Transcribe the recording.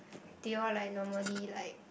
do you all like normally like